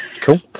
Cool